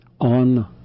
on